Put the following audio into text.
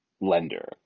lender